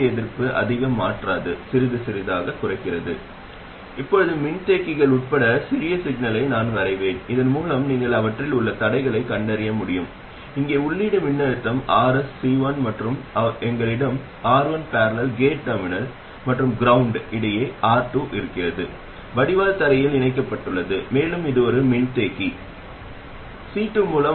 எல்லாவற்றிற்கும் மேலாக சிறிய சமிக்ஞைக்கு சமமான சிறிய சமிக்ஞை என்ன இது உள்ளீட்டு மூலமாகும் மேலும் மின்தேக்கியை ஒரு குறுகிய சுற்று என்று வைத்துக்கொள்வோம் எங்களிடம் R1 இணையான R2 உள்ளது மேலும் டிரான்சிஸ்டர் அதனுடன் ஆதாரமாக உள்ளது